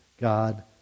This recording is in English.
God